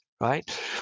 right